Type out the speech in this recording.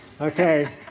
Okay